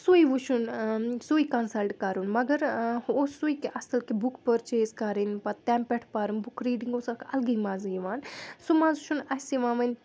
سُے وُچھُن سُے کَنسَلٹ کَرُن مگر ہُہ اوس سُے تہِ اَصٕل کہِ بُک پٔرچیز کَرٕنۍ پَتہٕ تَمہِ پؠٹھ پَرُن بُک ریٖڈِنٛگ اوس اکھ اَلگٕے مَزٕ یِوان سُہ مزٕ چھُنہٕ اَسہِ یِوان وۅنۍ